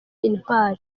intwari